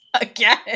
Again